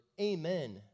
amen